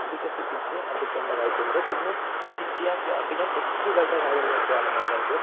വികസിപ്പിച്ച് എടുക്കേണ്ടതായിട്ടുണ്ട് പിന്നെ വിദ്യാഭ്യാസം പിന്നെ ടെക്സ്റ്റുകളുടെ കാര്യം നോക്കുക ആണെന്നുണ്ടെങ്കിൽ